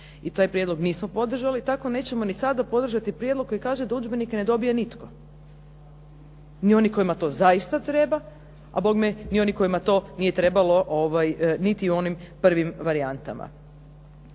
i taj prijedlog nismo podržali, tako nećemo ni sada podržati prijedlog koji kaže da udžbenike ne dobije nitko. Ni oni kojima to zaista treba, a bogme ni onima kojima to nije trebalo niti u onim prvim varijantama.